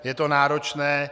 Je to náročné.